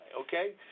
Okay